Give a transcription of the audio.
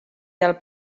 del